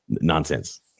nonsense